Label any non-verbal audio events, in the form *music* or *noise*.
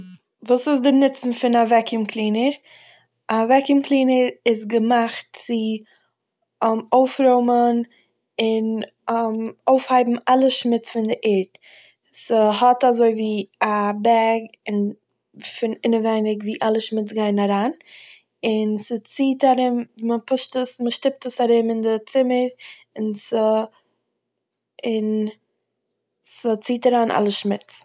*noise* וואס איז די נוצן פון א וועקיום קלינער? א וועקיום קלינער איז געמאכט צו *hesitation* אויפרוימען און *hesitation* אויפהייבן אלע שמוץ פון די ערד. ס'האט אזויווי א בעג און- פון אינעווייניג וואו אלע שמוץ גייען אריין, און ס'ציט ארום- מ'פושט עס- מ'שטיפט עס ארום אין די צומער, און ס'- און ס'ציהט אריין אלע שמוץ.